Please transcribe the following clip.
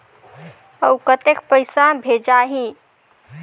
अउ कतेक पइसा भेजाही?